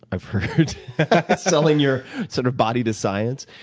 i've heard selling your sort of body to science.